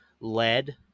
lead